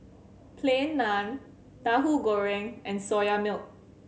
Plain Naan Tahu Goreng and Soya Milk